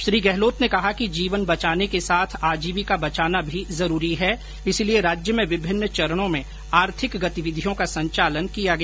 श्री गहलोत ने कहा कि जीवन बचाने के साथ आजीविका बचाना भी जरूरी है इसलिए राज्य में विभिन्न चरणों में आर्थिक गतिविधियों का संचालन किया गया